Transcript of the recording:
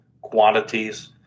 quantities